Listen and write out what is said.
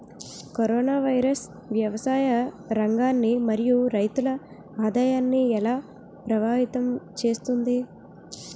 Corona virus వ్యవసాయ రంగాన్ని మరియు రైతుల ఆదాయాన్ని ఎలా ప్రభావితం చేస్తుంది?